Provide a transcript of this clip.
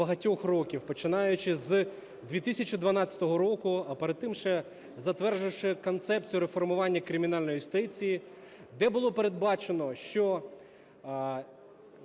багатьох років, починаючи з 2012 року, а перед тим ще затвердивши Концепцію реформування кримінальної юстиції, де було передбачено, що